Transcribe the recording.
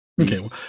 Okay